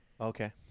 Okay